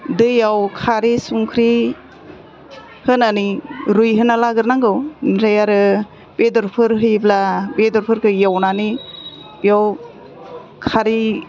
दैयाव खारै संख्रि होनानै रुइहोना लाग्रोनांगौ ओमफ्राय आरो बेदरफोर होयोब्ला बेदरफोरखौ एवनानै बेयाव खारै